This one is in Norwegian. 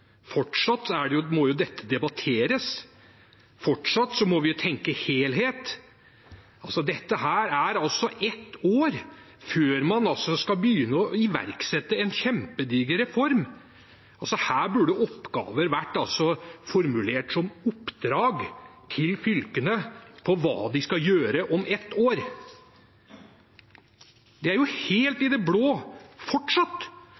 fortsatt om at dette bare er starten: Fortsatt må jo dette debatteres, fortsatt må jo vi tenke helhet. Dette er altså ett år før man skal begynne å iverksette en kjempediger reform. Her burde oppgaver vært formulert som oppdrag til fylkene om hva de skal gjøre om ett år. Det er jo fortsatt helt